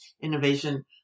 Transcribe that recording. innovation